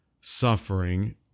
suffering